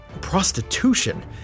prostitution